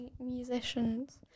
musicians